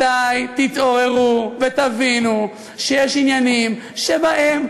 מתי תתעוררו ותבינו שיש עניינים שבהם,